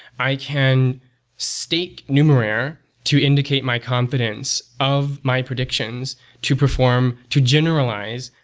i can stake numerair to indicate my confidence of my predictions to perform, to generalize,